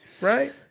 Right